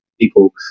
people